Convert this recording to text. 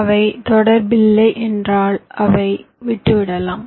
அவை தொடர்பில்லை என்றால் அதை விட்டு விடலாம்